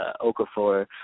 Okafor